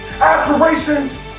aspirations